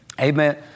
Amen